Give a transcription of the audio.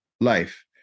life